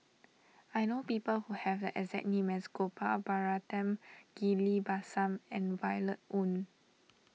I know people who have the exact name as Gopal Baratham Ghillie Basan and Violet Oon